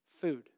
Food